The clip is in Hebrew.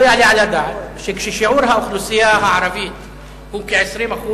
כששיעור האוכלוסייה הערבית הוא כ-20%,